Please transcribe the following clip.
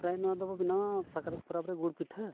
ᱯᱨᱟᱭ ᱱᱚᱣᱟ ᱫᱚᱵᱚ ᱵᱮᱱᱟᱣᱟ ᱥᱟᱠᱨᱟᱛ ᱯᱚᱨᱚᱵᱨᱮ ᱜᱩᱲ ᱯᱤᱴᱷᱟᱹ